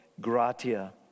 gratia